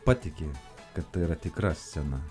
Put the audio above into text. patiki kad tai yra tikra scena